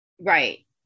Right